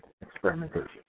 experimentation